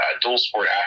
dual-sport